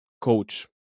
coach